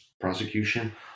prosecution